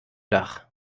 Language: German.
dach